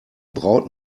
braut